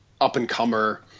up-and-comer